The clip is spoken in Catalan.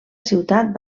ciutat